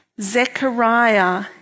Zechariah